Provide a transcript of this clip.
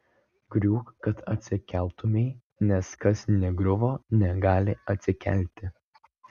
griūk kad atsikeltumei nes kas negriuvo negali atsikelti